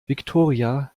victoria